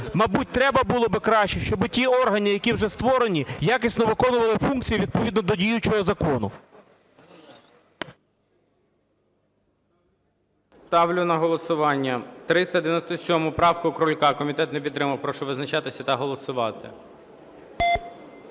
Мабуть, треба було би краще, щоб ті органи, які вже створені, якісно виконували функції відповідно до діючого закону. ГОЛОВУЮЧИЙ. Ставлю на голосування 397 правку Крулька. Комітет не підтримав. Прошу визначатися та голосувати.